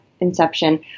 inception